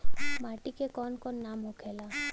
माटी के कौन कौन नाम होखेला?